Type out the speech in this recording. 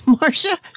Marcia